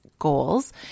Goals